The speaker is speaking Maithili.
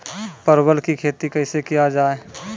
परवल की खेती कैसे किया जाय?